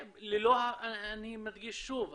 אני מדגיש שוב,